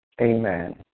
Amen